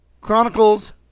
Chronicles